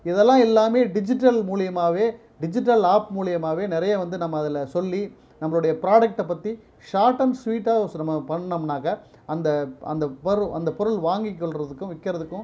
இதெல்லாம் எல்லாமே டிஜிட்டல் மூலியம்மாகவே டிஜிட்டல் ஆப் மூலியம்மாகவே நிறைய வந்து நம்ம அதில் சொல்லி நம்ளோடைய ப்ராடெக்டை பற்றி ஷாட் அண்ட் ஸ்வீட்டாக ஒரு சில ம பண்ணிணோம்னாக்க அந்த அந்த பொரு அந்த பொருள் வாங்கி கொள்றதுக்கும் விற்கிறதுக்கும்